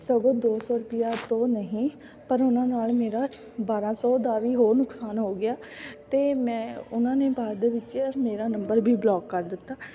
ਸਗੋਂ ਦੋ ਸੌ ਰੁਪਈਆ ਤਾਂ ਨਹੀਂ ਪਰ ਉਹਨਾਂ ਨਾਲ ਮੇਰਾ ਬਾਰਾਂ ਸੌ ਦਾ ਵੀ ਹੋਰ ਨੁਕਸਾਨ ਹੋ ਗਿਆ ਅਤੇ ਮੈਂ ਉਹਨਾਂ ਨੇ ਬਾਅਦ ਵਿੱਚ ਮੇਰਾ ਨੰਬਰ ਵੀ ਬਲੋਕ ਕਰ ਦਿੱਤਾ